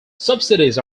subsidies